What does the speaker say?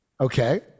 Okay